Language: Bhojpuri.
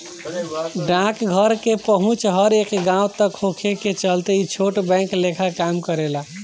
डाकघर के पहुंच हर एक गांव तक होखे के चलते ई छोट बैंक लेखा काम करेला